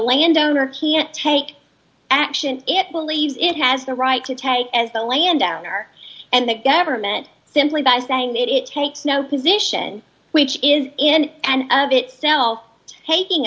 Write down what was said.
landowner can't take action it believes it has the right to take as the land down there and the government simply by saying that it takes no position which is in and of itself taking